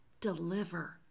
deliver